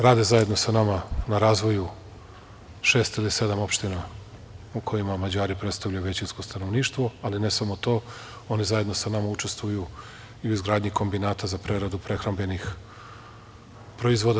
Rade zajedno sa nama na razvoju šest ili sedam opština u kojima Mađari predstavljaju većinsko stanovništvo, ali ne samo to, oni zajedno sa nama učestvuju i u izgradnji kombinata za preradu prehrambenih proizvoda.